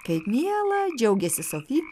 kaip miela džiaugėsi sofi